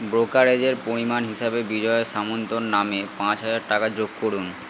ব্রোকারেজের পরিমাণ হিসাবে বিজয়া সামন্তর নামে পাঁচ হাজার টাকা যোগ করুন